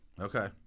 Okay